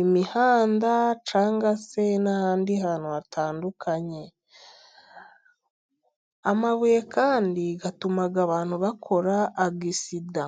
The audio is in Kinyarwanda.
imihanda cangwa se n'ahandi hantu hatandukanye. Amabuye kandi atuma abantu bakora agisida.